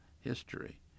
history